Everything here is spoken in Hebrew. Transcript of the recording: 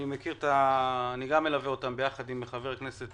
אני מכיר זאת כי אני גם מלווה אותם יחד עם חבר הכנסת